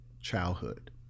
childhood